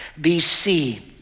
BC